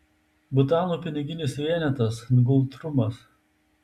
butano piniginis vienetas ngultrumas